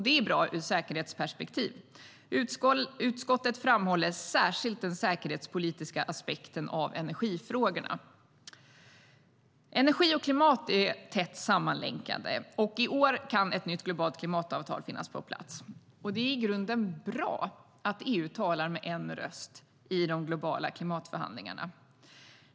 Det är bra ur ett säkerhetsperspektiv. Energi och klimat är tätt sammanlänkade, och i år kan ett nytt globalt klimatavtal finnas på plats. Det är i grunden bra att EU talar med en röst i de globala klimatförhandlingarna.